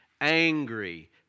angry